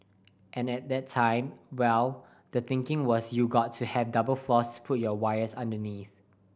and at that time well the thinking was you got to have double floors to put your wires underneath